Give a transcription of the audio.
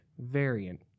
Variant